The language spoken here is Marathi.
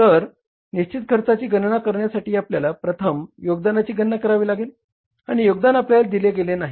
तर निश्चित खर्चाची गणना करण्यासाठी आपल्याला प्रथम योगदानाची गणना करावी लागेल आणि योगदान आपल्याला दिले गेले नाही